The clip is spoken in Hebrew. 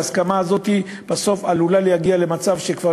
וההסכמה הזאת בסוף עלולה להגיע למצב שכבר